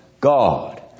God